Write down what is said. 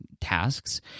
tasks